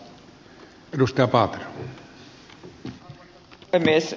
arvoisa puhemies